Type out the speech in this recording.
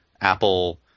Apple